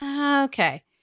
Okay